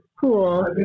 Cool